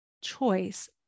choice